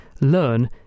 learn